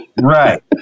Right